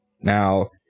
Now